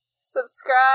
Subscribe